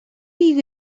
you